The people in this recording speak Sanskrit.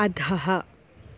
अधः